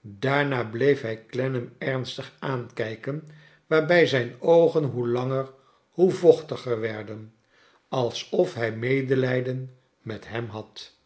daarna bleef hij clennam ernstig aankrjken waarbij zijn oogen hoe langer hoe vochtiger werden alsof hij medelijden met hem had